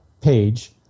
page